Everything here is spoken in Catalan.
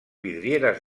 vidrieres